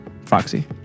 Foxy